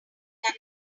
get